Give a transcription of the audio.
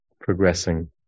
progressing